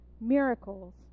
miracles